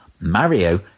Mario